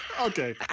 Okay